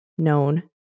known